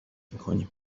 میکنیم